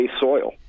soil